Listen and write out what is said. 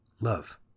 love